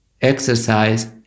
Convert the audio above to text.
exercise